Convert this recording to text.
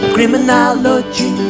Criminology